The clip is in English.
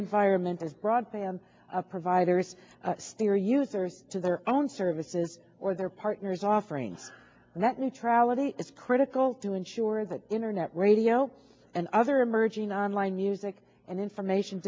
environment as broadband providers here users to their own services or their partners offering that neutrality is critical to ensure that internet radio and other emerging on line music and information